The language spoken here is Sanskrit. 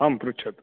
आं पृच्छतु